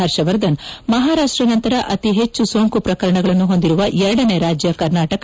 ಹರ್ಷವರ್ಧನ್ ಮಹಾರಾಷ್ಟ್ ನಂತರ ಅತಿ ಹೆಚ್ಚು ಸೋಂಕು ಪ್ರಕರಣಗಳನ್ನು ಹೊಂದಿರುವ ಎರಡನೇ ರಾಜ್ಯ ಕರ್ನಾಟಕ